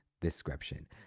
description